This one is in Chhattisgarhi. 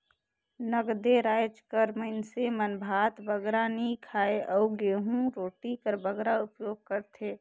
नगदे राएज कर मइनसे मन भात बगरा नी खाएं अउ गहूँ रोटी कर बगरा उपियोग करथे